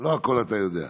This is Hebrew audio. לא הכול אתה יודע.